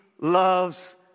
Loves